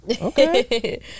Okay